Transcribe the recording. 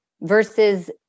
versus